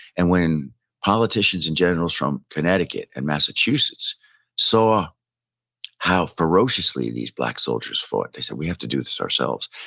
and when politicians and generals from connecticut and massachusetts saw how ferociously these black soldiers fought, they said, we have to do this ourselves.